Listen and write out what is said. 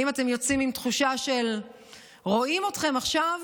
האם אתם יוצאים עם תחושה של רואים אתכם עכשיו?